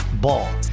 Ball